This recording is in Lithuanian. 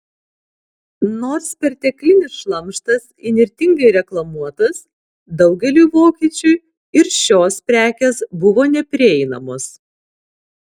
nors perteklinis šlamštas įnirtingai reklamuotas daugeliui vokiečių ir šios prekės buvo neprieinamos